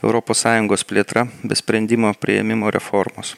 europos sąjungos plėtra be sprendimo priėmimo reformos